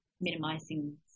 minimizing